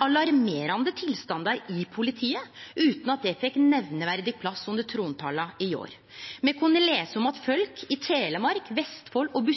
alarmerande tilstandar i politiet – utan at det fekk nemneverdig plass under trontalen i går. Me har kunna lese om at folk i Telemark, Vestfold og